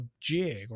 jig